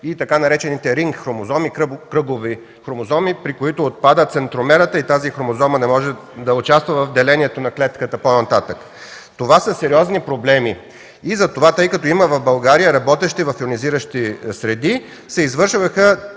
и така наречените ринг-хромозоми – кръгови хромозоми, при които отпадат центромерата и тази хромозома не може да участва по-нататък в делението на клетката. Това са сериозни проблеми. Тъй като в България има работещи в йонизиращи среди, се извършваха